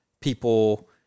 people